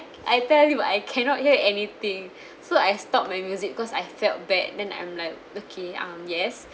I tell you ah I cannot hear anything so I stopped my music because I felt bad then I'm like okay um yes